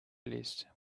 list